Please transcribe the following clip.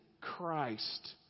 Christ